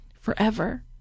forever